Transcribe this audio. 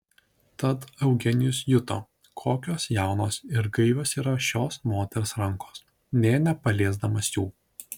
tad eugenijus juto kokios jaunos ir gaivios yra šios moters rankos nė nepaliesdamas jų